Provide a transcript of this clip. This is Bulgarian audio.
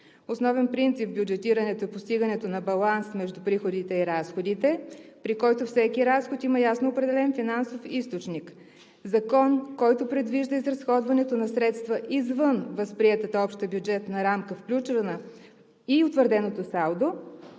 Основен принцип в бюджетирането е постигането на баланс между приходите и разходите, при който всеки разход има ясно определен финансов източник. Закон, който предвижда изразходването на средства извън възприетата обща бюджетна рамка, включваща и утвърденото салдо,